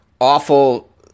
awful